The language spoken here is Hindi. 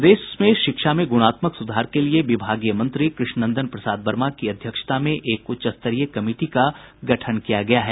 प्रदेश में शिक्षा में गुणात्मक सुधार के लिए विभागीय मंत्री कृष्णनंदन प्रसाद वर्मा की अध्यक्षता में एक उच्च स्तरीय कमिटी का गठन किया गया है